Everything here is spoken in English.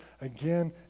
again